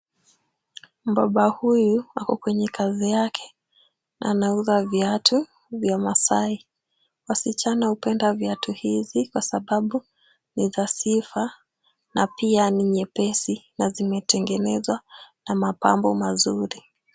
Mbaba huyu ako kwenye kazi yake na anauza viatu vya maasai. Wasichana hupenda viatu hizi kwasababu ni za sifa na pia ni nyepesi na zimetengenezwa na mapambo mazuri.